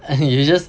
and you just